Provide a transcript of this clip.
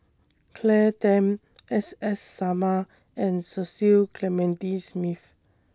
Claire Tham S S Sarma and Cecil Clementi Smith